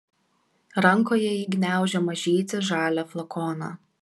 rankoje ji gniaužė mažytį žalią flakoną